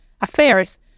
Affairs